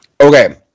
okay